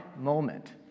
moment